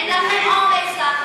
אין לכם אומץ להיחקר.